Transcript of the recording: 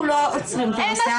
אנחנו לא עצרים את זה.